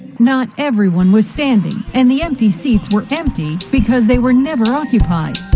not everyone was standing, and the empty seats were empty because they were never occupied.